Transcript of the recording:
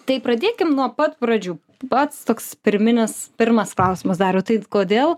tai pradėkim nuo pat pradžių pats toks pirminis pirmas klausimas dariau tai kodėl